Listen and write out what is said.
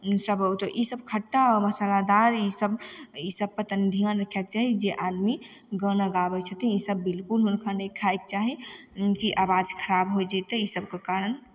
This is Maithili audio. सब ईसब खट्टा मसालादार ईसब ईसब पर तनि ध्यान रखयके चाही जे आदमी गाना गाबय छथिन ईसब बिल्कुल हुनका नहि खायके चाही कि आवाज खराब होइ जेतय ई सबके कारण